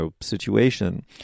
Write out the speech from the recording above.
situation